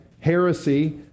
heresy